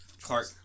Clark